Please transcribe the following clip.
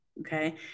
okay